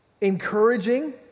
encouraging